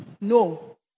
no